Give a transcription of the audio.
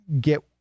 get